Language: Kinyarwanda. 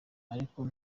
ariko